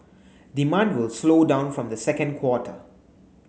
demand will slow down from the second quarter